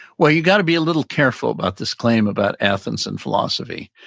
well, you got to be a little careful about this claim about athens and philosophy.